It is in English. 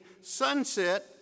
sunset